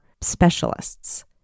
specialists